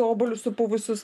obuolius supuvusius